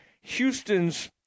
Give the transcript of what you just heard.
Houston's